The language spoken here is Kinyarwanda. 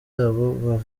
abo